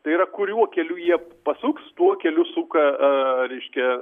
tai yra kuriuo keliu jie pasuks tuo keliu suka reiškia